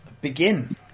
begin